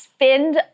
spinned